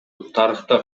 тарыхта